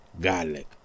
garlic